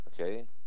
okay